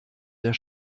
der